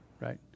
right